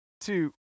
two